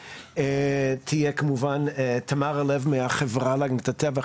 תהיה כמובן תמרה לב מהחברה להגנת הטבע.